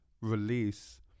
release